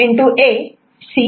A